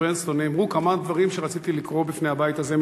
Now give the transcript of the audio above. ברנסון כמה דברים שרציתי לקרוא בפני הבית הזה,